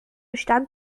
stand